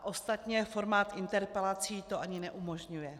Ostatně formát interpelací to ani neumožňuje.